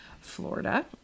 Florida